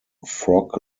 frog